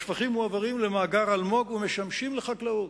השפכים מועברים למאגר "אלמוג" ומשמשים לחקלאות.